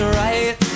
right